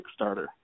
Kickstarter